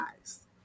eyes